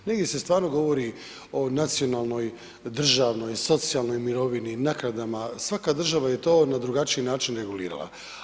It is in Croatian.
Negdje se stvarno govori o nacionalnoj, državnoj, socijalnoj mirovini, naknadama, svaka država je to na drugačiji način regulirala.